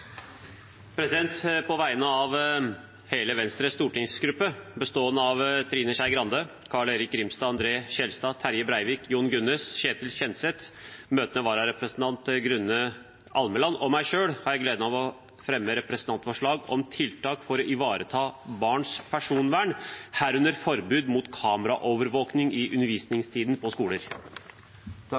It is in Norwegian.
På vegne av hele Venstres stortingsgruppe, bestående av Trine Skei Grande, Carl-Erik Grimstad, André N. Skjelstad, Terje Breivik, Jon Gunnes, Ketil Kjenseth, møtende vararepresentant Grunde Almeland og meg selv, har jeg gleden av å fremme representantforslag om tiltak for å ivareta barns personvern, herunder forbud mot kameraovervåkning i undervisningstiden på skoler.